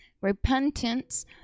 repentance